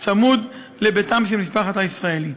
צמוד לביתם של משפחת הישראלי.